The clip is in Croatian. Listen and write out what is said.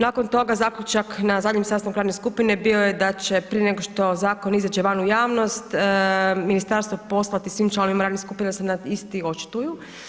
Nakon toga, zaključak na zadnjem sastanku radne skupine bio je da će prije nego što zakon izađe van u javnost, ministarstvo poslati svim članovima radne skupine da se na isti očituju.